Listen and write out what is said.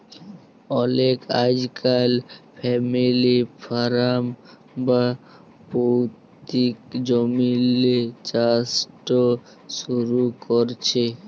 অলেকে আইজকাইল family farm বা পৈত্তিক জমিল্লে চাষট শুরু ক্যরছে